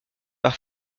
par